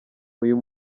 uyu